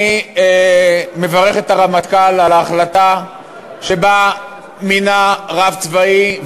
אני מברך את הרמטכ"ל על ההחלטה שבה מינה רב צבאי,